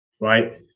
right